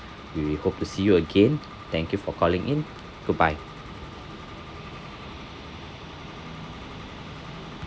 we we hope to see you again thank you for calling in goodbye